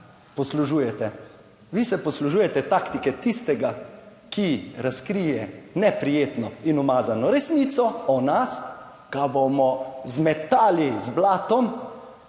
poslužujete. Vi se poslužujete taktike tistega, ki razkrije neprijetno in umazano resnico o nas, ga bomo zmetali z blatom,